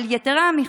יתרה מזו,